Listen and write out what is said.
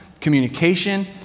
communication